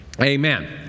Amen